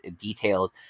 detailed